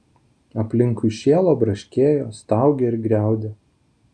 aplinkui šėlo braškėjo staugė ir griaudė